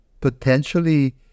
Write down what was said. potentially